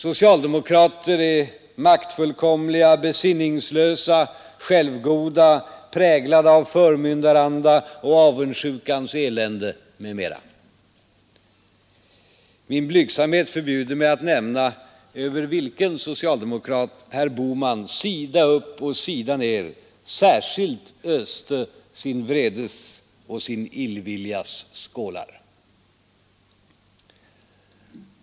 Socialdemokrater är maktfullkomliga, besinningslösa, självgoda, präglade av förmyndaranda och avundsjukans elände m.m. Min blygsamhet förbjuder mig att nämna över vilken socialdemokrat herr Bohman sida upp och sida ner särskilt öste sin vredes och sin illviljas skålar.